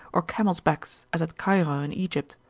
or camels' backs, as at cairo in egypt,